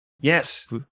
Yes